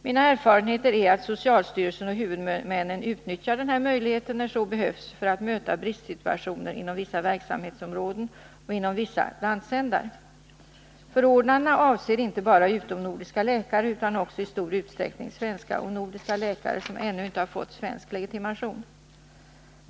Mina erfarenheter är att socialstyrelsen och huvudmännen utnyttjar denna möjlighet när så behövs för att möta bristsituationer inom vissa verksamhetsområden och inom vissa landsändar. Förordnandena avser inte bara utomnordiska läkare utan också i stor utsträckning svenska och nordiska läkare som ännu inte har fått svensk legitimation.